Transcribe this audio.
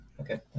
Okay